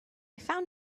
found